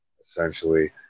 essentially